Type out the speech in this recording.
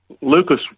Lucas